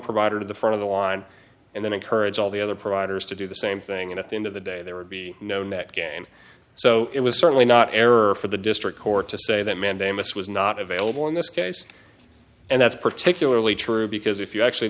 provider to the front of the line and then encourage all the other providers to do the same thing and at the end of the day there would be no net gain so it was certainly not error for the district court to say that mandamus was not available in this case and that's particularly true because if you actually